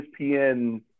ESPN